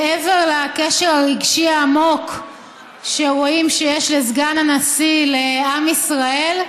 מעבר לקשר הרגשי העמוק שרואים שיש לסגן הנשיא לעם ישראל,